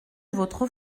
votre